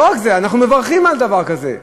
לא רק זה, אנחנו מברכים על דבר כזה.